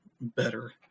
better